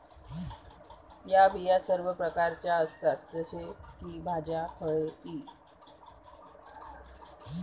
या बिया सर्व प्रकारच्या असतात जसे की भाज्या, फळे इ